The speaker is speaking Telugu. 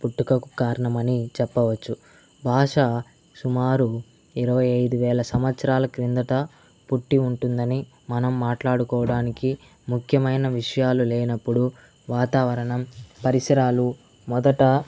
పుట్టుకకు కారణమని చెప్పవచ్చు భాష సుమారు ఇరవై ఐదు వేల సంవత్సరాల క్రిందట పుట్టి ఉంటుందని మనం మాట్లాడుకోవడానికి ముఖ్యమైన విషయాలు లేనప్పుడు వాతావరణం పరిసరాలు మొదట